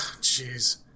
jeez